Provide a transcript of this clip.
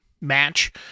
match